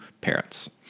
parents